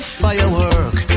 firework